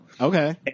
Okay